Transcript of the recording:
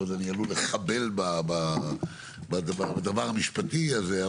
ואני עלול לחבל בדבר המשפטי הזה.